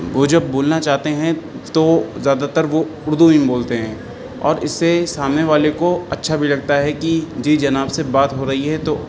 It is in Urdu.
وہ جب بولنا چاہتے ہیں تو زیادہ تر وہ اردو ہی میں بولتے ہیں اور اس سے سامنے والے کو اچھا بھی لگتا ہے کہ جی جناب سے بات ہو رہی ہے تو